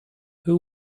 who